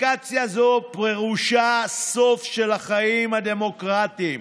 אבדיקציה זו פירושה סוף של החיים הדמוקרטיים".